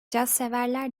cazseverler